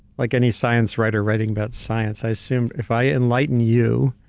like any science writer writing about science, i assumed if i enlighten you,